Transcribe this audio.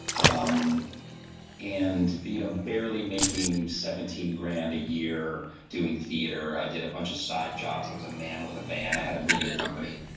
um and you know barely making seventeen grand a year doing theater. i did a bunch of side jobs. i was a man with a van i had a moving company.